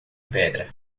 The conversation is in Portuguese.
pedra